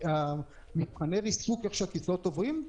מבחני ריסוק שהכיסאות עוברים,